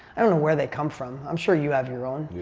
i don't know where they come from. i'm sure you have your own.